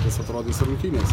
kas atrodys rungtynėse